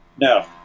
No